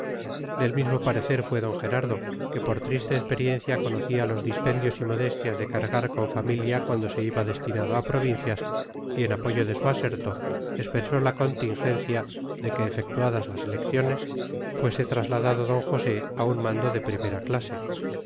del mismo parecer fue d gerardo que por triste experiencia conocía los dispendios y molestias de cargar con familia cuando se iba destinado a provincias y en apoyo de su aserto expresó la contingencia de que efectuadas las elecciones fuese trasladado d josé a un mando de primera clase